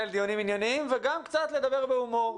דיונים ענייניים וגם קצת לדבר בהומור,